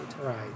Right